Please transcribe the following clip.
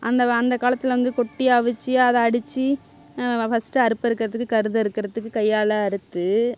அந்த அந்த காலத்தில் வந்து கொட்டி அவிச்சு அதை அடித்து ஃபர்ஸ்ட்டு அறுப்பு அறுக்கிறதுக்கு கருது அறுக்கிறதுக்கு கையால் அறுத்து